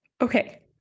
Okay